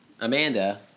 Amanda